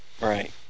Right